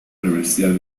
universidad